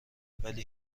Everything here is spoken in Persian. ولی